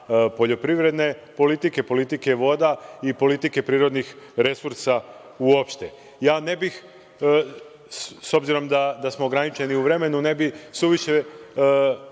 poljoprivredne politike, politike voda i politike prirodnih resursa uopšte.S obzirom da smo ograničeni sa vremenom, ne bih suviše